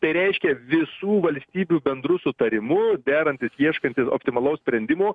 tai reiškia visų valstybių bendru sutarimu derantis ieškant optimalaus sprendimo